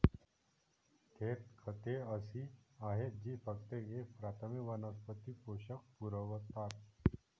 थेट खते अशी आहेत जी फक्त एक प्राथमिक वनस्पती पोषक पुरवतात